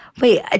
Wait